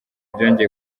byongeye